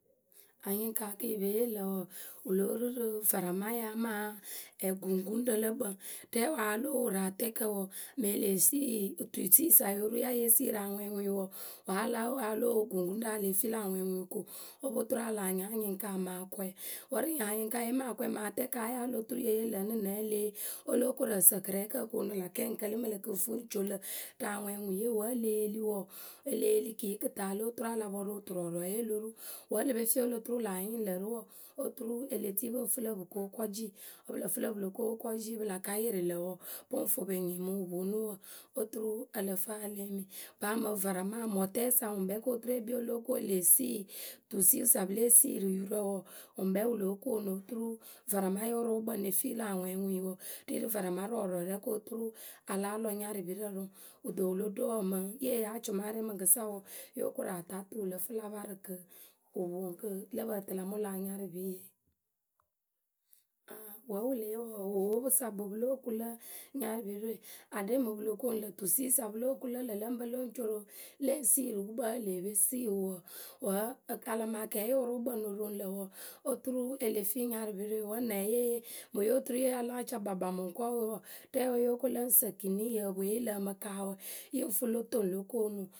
Anyɩŋkaa kɨ yǝ pe yee lǝ̈ wɔɔ. wǝ lóo ru rǝ varamaayǝ amaa guŋkuŋrǝ lǝ kpǝŋ rɛwǝ a lóo wo rǝ atɛɛkǝ wǝǝ mǝŋ e lee sii otusiiyǝ sa yo ru ya yée sii rǝ aŋɛɛŋui wǝǝ wǝ́ a lóo wo guŋkuŋrǝ a lée fii lǝ̈ rǝ aŋɛɛŋuŋ ko wǝǝ, o po turu a lah nya anɩŋkaa mǝ akɔɔɛ wǝ rǝ ŋyǝ anyɩŋkaaye mǝ akɔɔɛ mǝŋ atɛɛkǝ wǝ́ ayaa wǝ́ o lo turu yeh yee lǝ̈ ǝnɨ nɛ wǝ́ e lée yee? O lóo koru ǝ sǝ kɨrɛɛkǝ o koonu läkɛɛ ŋ kǝlɨ mǝ lǝ̈ kɨ ŋ fɨ ŋ co lǝ̈ rǝ aŋɛɛŋuŋye wǝ́ e le yeli wǝǝ, e le yili kɨyi kɨta o lóo turu a la pɔrʊ oturɔɔrɔɔye o lo ru wǝ e le pe fii wǝ́ o lo turu wǝ láa nyɩɩ lǝ̈ rǝ wǝǝ, oturu e le tii pǝ ŋfɨ lǝ̈ p;ǝ ko kɔji wǝ́ pǝ lǝ fɨ lǝ̈ pǝ lo ko kɔji wǝ́ pǝ lǝ kǝa yɩrɩ lǝ̈ wǝǝ, pǝ ŋ fʊʊ pǝ nyɩŋ mǝŋ wǝ ponu wǝ oturu ǝ lǝ fǝǝlɨ eyi. Paa mǝŋ varama mɔtɛsa ŋwǝ ŋkpɛ ko turu e kpii o lóo ko e lee sii tusiiwǝ sa pǝ lée sii rǝ yurǝ wɔɔ, wǝ ŋkpɛ wǝ lóo koonu oturu varamayǝ we wǝrʊʊkpǝ ŋ ne fii lǝ̈ aŋɛɛŋuŋyǝwǝǝ, ri rǝ varamarɔɔrɔɔ ko turu a láa lɔ nyarɨpirǝ rǝ ŋwǝ. Kɨto wǝ lo ɖo wɔɔ mǝŋ yeh yee acʊma yǝ rɛ mɨǝkɨsa yóo koru a taa tu lǝ fɨ la parɨ kɨ wǝ poŋ kɨ lǝ pǝǝ tɨ la mɨ lɔ anyarɨpiye. Ǝŋ wǝ́ wǝ leh yee wɔɔ owowopǝ sa ŋpɨ pɨ lóo ku lǝ nyarɩpirǝ we. Aɖɛ mǝŋ pǝ lo koonu lǝ̈ tusiiwǝ sa pǝ lóo ku lǝ ŋlǝ lǝ ŋ pǝ lo ŋ coro le ŋ sii rǝ gukpǝ wǝ́ e lee pe sii wǝ wǝǝ xwǝ́ a la maa kɛɛye wʊrʊkpǝ ŋ no roŋ lǝ̈ wǝǝ, oturu e le fii nyarɩpirǝ we. Wǝ́ nɛ wǝ́ yée yee? Mǝŋ yo turu ye ya láa ca kpakpa mǝŋkɔɔwe wɔ rɛɛwǝ yóó ko lǝ ŋ sǝ kiniyǝ eweye yǝ lǝǝmɨ kaawo yǝ ŋ fɨ lo toŋ lo koonuŋwǝ.